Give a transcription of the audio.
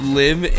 live